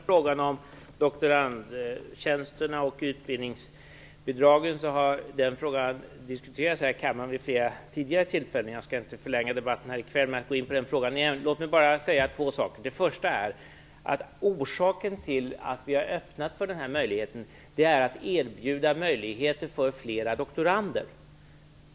Fru talman! Beträffande den första frågan, om doktorandtjänsterna och utbildningsbidragen, har detta diskuterats här i kammaren vid flera tillfällen tidigare. Jag skall inte förlänga debatten här i kväll med att gå in på den frågan igen, men låt mig säga några saker. Orsaken till att vi har öppnat för den här möjligheten är att vi vill erbjuda möjligheter för flera doktorander.